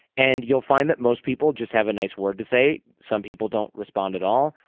and you'll find that most people just have a nice word to say some people don't respond at all.